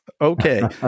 okay